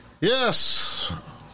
Yes